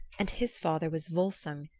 and his father was volsung,